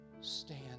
stand